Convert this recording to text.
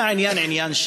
אם העניין הוא של מזון,